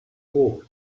world